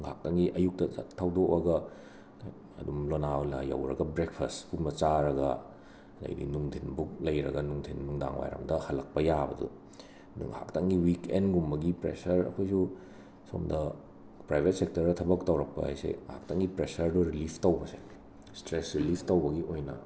ꯉꯍꯥꯛꯇꯪꯒꯤ ꯑꯌꯨꯛꯇ ꯁꯠ ꯊꯧꯗꯣꯛꯂꯒ ꯑꯗꯨꯝ ꯂꯣꯅꯥꯋꯂꯥ ꯌꯧꯔꯒ ꯕ꯭ꯔꯦꯛꯐꯁꯀꯨꯝꯕ ꯆꯥꯔꯒ ꯑꯗꯩꯗꯤ ꯅꯨꯡꯊꯤꯟꯕꯨꯛ ꯂꯩꯔꯒ ꯅꯨꯙꯤꯟ ꯅꯨꯡꯗꯥꯡꯋꯥꯏꯔꯝꯗ ꯍꯜꯂꯛꯄ ꯌꯥꯕꯗꯣ ꯑꯗꯣ ꯉꯍꯥꯛꯇꯪꯒꯤ ꯋꯤꯛꯑꯦꯟꯒꯨꯝꯕꯒꯤ ꯄ꯭ꯔꯦꯁꯔ ꯑꯩꯈꯣꯏꯁꯨ ꯁꯣꯝꯗ ꯄ꯭ꯔꯥꯏꯕꯦꯠ ꯁꯦꯛꯇꯔꯗ ꯊꯕꯛ ꯇꯧꯔꯛꯄ ꯍꯥꯏꯁꯦ ꯉꯍꯥꯛꯇꯪꯒꯤ ꯄ꯭ꯔꯦꯁꯔꯗꯣ ꯔꯤꯂꯤꯁ ꯇꯧꯕꯁꯦ ꯁ꯭ꯇ꯭ꯔꯦꯁꯁꯨ ꯂꯨꯁ ꯇꯧꯕꯒꯤ ꯑꯣꯏꯅ